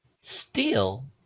steal